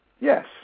Yes